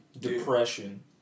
depression